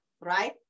right